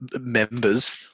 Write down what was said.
Members